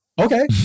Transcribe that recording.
okay